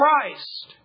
Christ